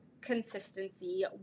consistency